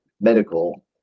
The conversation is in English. medical